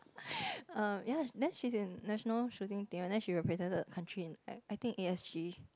oh ya then she's in national shooting team and then she represented the country in I think A_S_G